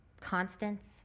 constants